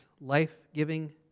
life-giving